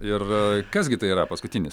ir kas gi tai yra paskutinis